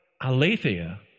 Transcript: Aletheia